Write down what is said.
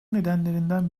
nedenlerinden